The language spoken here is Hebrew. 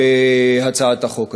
תתמוך בהצעת החוק הזאת?